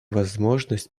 возможность